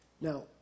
Now